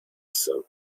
some